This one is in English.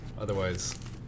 otherwise